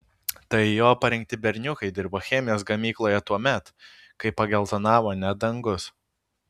tai jo parinkti berniukai dirbo chemijos gamykloje tuomet kai pageltonavo net dangus